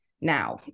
now